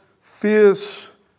fierce